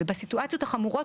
ובסיטואציות החמורות,